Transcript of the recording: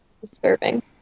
disturbing